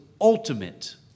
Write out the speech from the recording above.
ultimate